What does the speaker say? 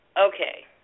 Okay